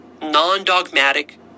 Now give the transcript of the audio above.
non-dogmatic